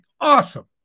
awesome